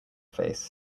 face